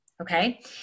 Okay